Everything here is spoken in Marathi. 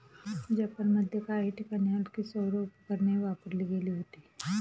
जपानमध्ये काही ठिकाणी हलकी सौर उपकरणेही वापरली गेली होती